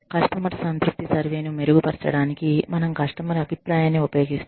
customer సంతృప్తి సర్వేను మెరుగుపరచడానికి మనం కస్టమర్ అభిప్రాయాన్ని ఉపయోగిస్తాము